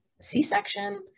c-section